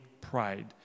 pride